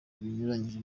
binyuranyije